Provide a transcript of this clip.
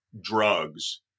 drugs